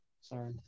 sorry